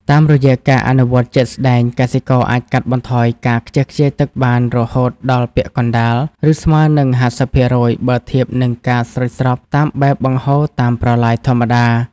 តាមរយៈការអនុវត្តជាក់ស្ដែង កសិករអាចកាត់បន្ថយការខ្ជះខ្ជាយទឹកបានរហូតដល់ពាក់កណ្ដាល ឬស្មើនឹង ៥០% បើធៀបនឹងការស្រោចស្រពតាមបែបបង្ហូរតាមប្រឡាយធម្មតា។